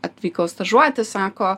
atvykau stažuotis sako